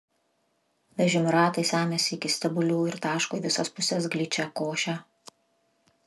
vežimų ratai semiasi iki stebulių ir taško į visas puses gličią košę